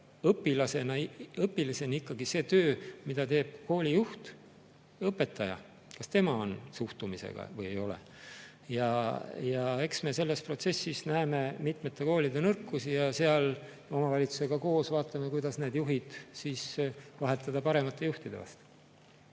õpilaseni see töö, mida teeb koolijuht, õpetaja, milline on tema suhtumine. Ja eks me selles protsessis näeme mitmete koolide nõrkusi ja omavalitsusega koos vaatame, kuidas need juhid siis vahetada paremate juhtide vastu.